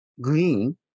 green